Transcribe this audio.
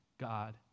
God